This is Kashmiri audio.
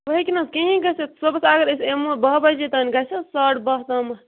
وٕ ہٮ۪کہِ نہٕ حظ کِہٖنۍ گٔژِھتھ صُبحَس اَگر أسۍ یِمَو بہہ بَجے تام گژھِ حظ ساڑٕ بہہ تامَتھ